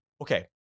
Okay